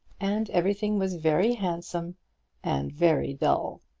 and everything was very handsome and very dull.